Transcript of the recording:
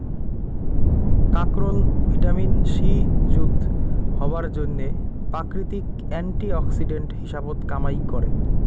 কাকরোল vitamin C যুত হবার জইন্যে প্রাকৃতিক অ্যান্টি অক্সিডেন্ট হিসাবত কামাই করে